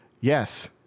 yes